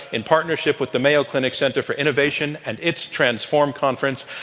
in partnership with the mayo clinic center for innovation and its transform conference.